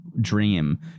dream